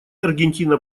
аргентина